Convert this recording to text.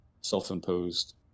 self-imposed